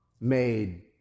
made